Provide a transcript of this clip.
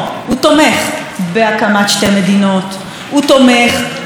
הוא תומך בכל קשת הנושאים הפרוגרסיביים,